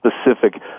specific